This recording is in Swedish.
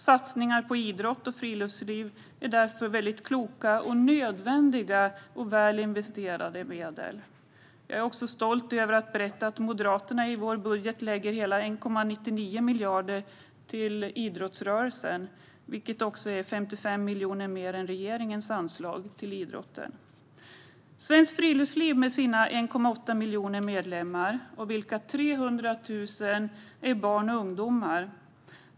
Satsningar på idrott och friluftsliv är därför väldigt kloka och nödvändiga - det är väl investerade medel. Jag är också stolt över att få berätta att vi i Moderaterna i vår budget lägger hela 1,99 miljarder till idrottsrörelsen, vilket är 55 miljoner mer än regeringens anslag till idrotten. Svenskt Friluftsliv har 1,8 miljoner medlemmar, av vilka 300 000 är barn och ungdomar.